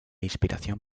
inspiración